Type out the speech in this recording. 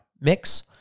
mix